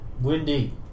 Windy